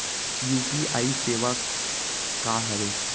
UPI सेवा का हरे?